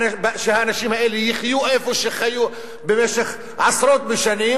שהאנשים האלה יחיו איפה שחיו במשך עשרות בשנים